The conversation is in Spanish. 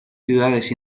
ciudades